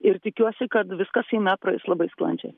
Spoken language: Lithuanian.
ir tikiuosi kad viskas seime praeis labai sklandžiai